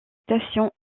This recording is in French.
station